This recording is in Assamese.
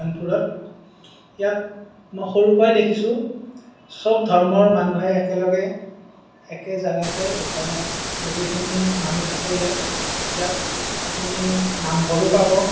ইয়াত মই সৰুৰ পৰাই দেখিছো চব ধৰ্মৰ মানুহে একেলগে একে জেগাতে ধৰক গোটেইখিনি মানুহ থাকে ইয়াত ইয়াত আপুনি নামঘৰো পাব